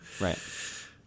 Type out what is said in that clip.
Right